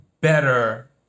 better